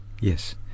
Yes